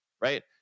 right